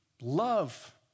love